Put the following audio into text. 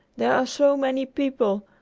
there are so many people!